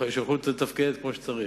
ושיוכלו קצת לתפקד כמו שצריך.